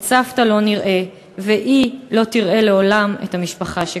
את סבתא לא נראה והיא לא תראה לעולם את המשפחה שגידלה.